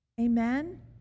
Amen